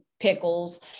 Pickles